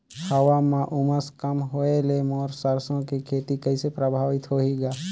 हवा म उमस कम होए ले मोर सरसो के खेती कइसे प्रभावित होही ग?